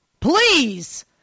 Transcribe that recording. Please